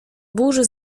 burzy